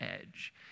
edge